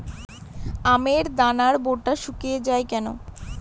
আমের দানার বোঁটা শুকিয়ে য়ায় কেন?